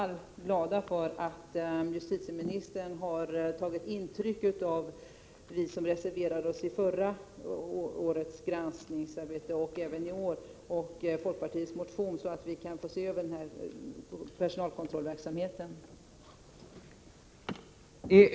Vi är glada för att justitieministern har tagit intryck av folkpartiets motion och av vad vi som reserverade oss vid förra årets granskningsarbete då framförde och har framfört även i år, så att personalkontrollverksamheten kommer att ses över.